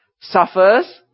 suffers